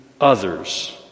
others